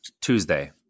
Tuesday